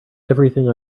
everything